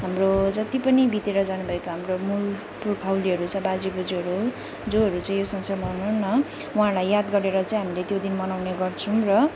हाम्रो जति पनि बितेर जानुभएका हाम्रो मूल पूर्खौलीहरू छ बाजे बोजूहरू जोहरू चाहिँ यो संसारमा हुनुहुन्न उहाँहरूलाई याद गरेर चाहिँ हामीले त्यो दिन मनाउने गर्छौँ र